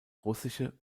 russische